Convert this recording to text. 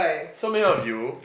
so many of you